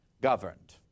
governed